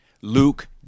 Luke